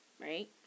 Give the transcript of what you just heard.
right